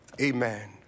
amen